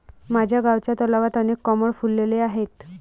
माझ्या गावच्या तलावात अनेक कमळ फुलले आहेत